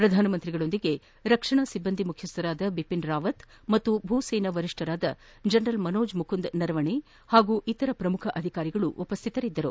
ಪ್ರಧಾನಮಂತ್ರಿಯವರೊಂದಿಗೆ ರಕ್ಷಣಾ ಿಬ್ಲಂದಿ ಮುಖ್ಯಸ್ಥರಾದ ಬಿಪಿನ್ ರಾವತ್ ಹಾಗೂ ಭೂ ಸೇನಾ ವರಿಷ್ಠರಾದ ಜನರಲ್ ಮನೋಜ್ ಮುಕುಂದ್ ನರವಣೆ ಹಾಗೂ ಶ್ರಮುಖ ಅಧಿಕಾರಿಗಳು ಉಪಸ್ಥಿತರಿದ್ದರು